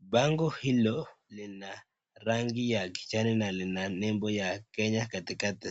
Bango hilo lina rangi ya kijani, na lina nembo ya Kenya katikati.